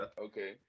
Okay